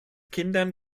kindern